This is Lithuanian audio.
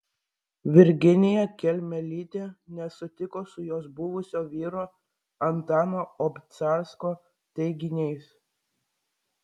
virginija kelmelytė nesutiko su jos buvusio vyro antano obcarsko teiginiais